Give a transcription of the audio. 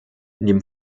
neben